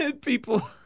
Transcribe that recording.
People